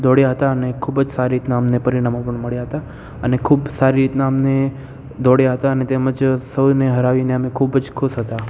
દોડ્યા હતા અને ખૂબ જ સારી રીતના અમને પરિણામો પણ મળ્યા હતા અને ખૂબ સારી રીતના અમને દોડ્યા હતા અને તેમજ સૌને હરાવીને અમે ખૂબ જ ખુશ હતા